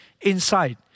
inside